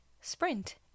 Sprint